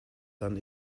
dann